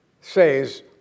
says